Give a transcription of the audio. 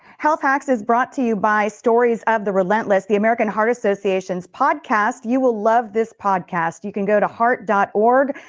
health taxes brought to you by stories of the relentless, the american heart association's podcast, you will love this podcast, you can go to hart org,